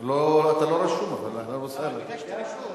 אתה לא רשום, אבל אהלן וסהלן.